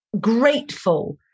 grateful